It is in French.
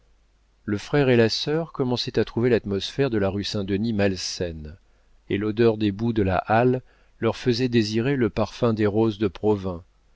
le frère et la sœur commençaient à trouver l'atmosphère de la rue saint-denis malsaine et l'odeur des boues de la halle leur faisait désirer le parfum des roses de provins